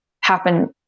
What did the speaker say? happen